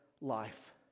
life